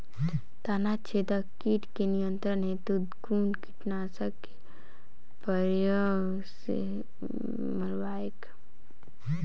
तना छेदक कीट केँ नियंत्रण हेतु कुन कीटनासक केँ प्रयोग कैल जाइत अछि?